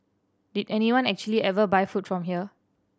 did anyone actually ever buy food from here